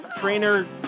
trainer